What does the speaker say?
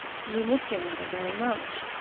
do you miss your mother very much?